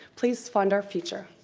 please fund our future.